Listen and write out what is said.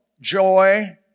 joy